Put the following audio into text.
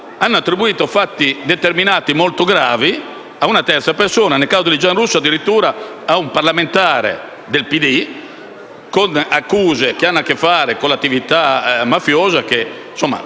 hanno attribuito fatti determinati molto gravi a una terza persona, nel caso di Giarrusso addirittura a un parlamentare del PD, con accuse che hanno a che fare con l'attività mafiosa che, se